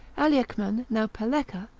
aleacman now peleca,